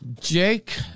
jake